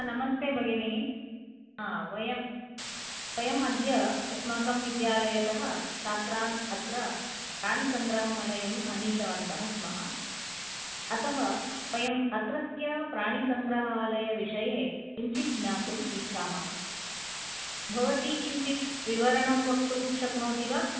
नमस्ते भगिनी वयं वयम् अद्य अस्माकं विद्यालयतः छात्रान् अत्र प्राणीसंग्रहालयम् आनीतवन्तः स्मः अतः वयं अत्रत्य प्राणीसंग्रहालय विषये किञ्चित् ज्ञातुम् इच्छामः भवती किञ्चित् विवरणं वक्तुं शक्नोति वा